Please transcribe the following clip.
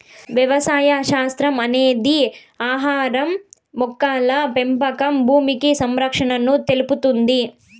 వ్యవసాయ శాస్త్రం అనేది ఆహారం, మొక్కల పెంపకం భూమి సంరక్షణను తెలుపుతుంది